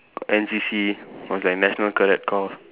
N_C_C was like national cadet corp